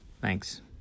Thanks